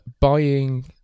buying